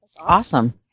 Awesome